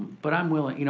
but i'm willing,